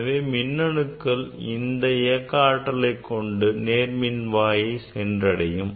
எனவே மின்னணுக்கள் இந்த இயக்க ஆற்றலைக் கொண்டு நேர்மின்வாயை சென்றடையும்